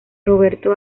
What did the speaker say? roberto